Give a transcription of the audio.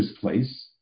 place